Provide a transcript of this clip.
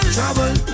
Trouble